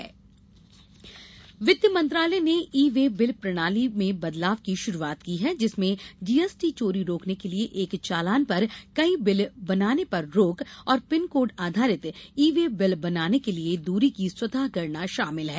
GST e way बदलाव वित्त मंत्रालय ने ई वे बिल प्रणाली में बदलाव की शुरुआत की है जिसमें जीएसटी चोरी रोकने के लिए एक चालान पर कई बिल बनाने पर रोक और पिन कोड आधारित ई वे बिल बनाने के लिए दूरी की स्वतः गणना शामिल है